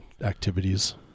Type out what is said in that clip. activities